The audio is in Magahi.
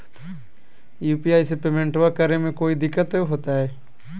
यू.पी.आई से पेमेंटबा करे मे कोइ दिकतो होते?